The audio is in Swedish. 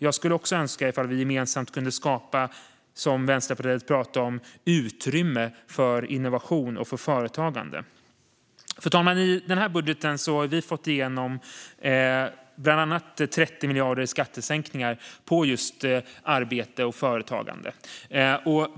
Jag skulle önska att vi, som Vänsterpartiet pratade om, gemensamt kunde skapa utrymme för innovation och företagande. Fru talman! I denna budget har vi bland annat fått igenom 30 miljarder i skattesänkningar på arbete och företagande.